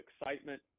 excitement